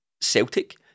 Celtic